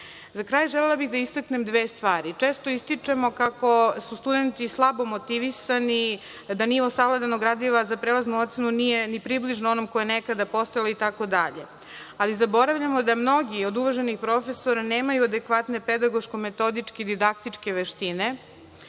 kraj želela bih da istaknem dve stvari. Često ističemo kako su studenti slabo motivisani, da nivo savladanog gradova za prelaznu ocenu nije ni približno onom koje je nekada postojalo, itd. ali zaboravljamo da mnogi od uvaženih profesora nemaju adekvatne pedagoško-metodičke-didaktičke veštine